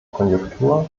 konjunktur